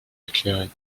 éclairés